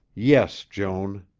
yes, joan.